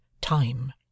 time